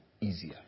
easier